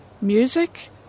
music